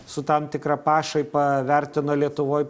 su tam tikra pašaipa vertino lietuvoj